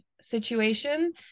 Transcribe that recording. situation